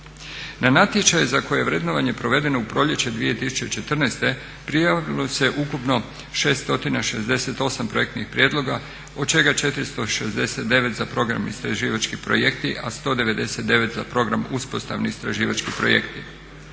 Na natječaj za koje je vrednovanje provedeno u proljeće 2014. prijavilo se ukupno 668 projektnih prijedloga od čega 469 za program istraživački projekti a 199 za program uspostavni istraživački projekti.